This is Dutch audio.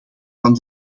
van